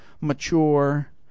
mature